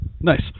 Nice